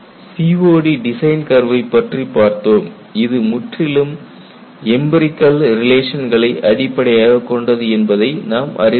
COD design கர்வைப் பற்றி பார்த்தோம் இது முற்றிலும் எம்பிரிகல் ரிலேஷன்களை அடிப்படையாகக் கொண்டது என்பதை நாம் அறிந்து கொண்டோம்